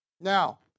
Now